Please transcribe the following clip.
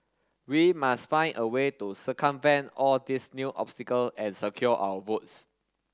we must find a way to circumvent all these new obstacle and secure our votes